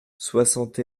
soixante